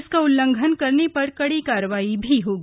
इसका उल्लंघन करने पर कड़ी कार्रवाई होगी